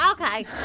Okay